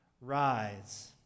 rise